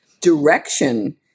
direction